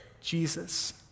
Jesus